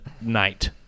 night